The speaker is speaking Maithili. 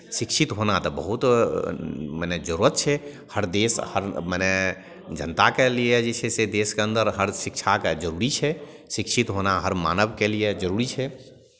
शिक्षित होना तऽ बहुत मने जरूरत छै हर देश हर मने जनताके लिए जे छै से देशके अन्दर हर शिक्षाके जरूरी छै शिक्षित होना हर मानवके लिए जरूरी छै